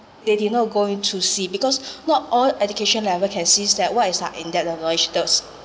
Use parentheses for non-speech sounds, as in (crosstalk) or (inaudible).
they did not go in to see because (breath) not all education level can sees that what is our in depth level which does